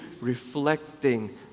reflecting